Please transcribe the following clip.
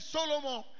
Solomon